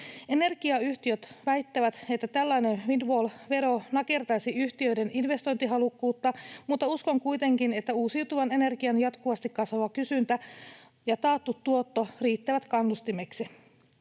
Energiayhtiöt väittävät, että tällainen windfall-vero nakertaisi yhtiöiden investointihalukkuutta, mutta uskon kuitenkin, että uusiutuvan energian jatkuvasti kasvava kysyntä ja taattu tuotto riittävät kannustimeksi.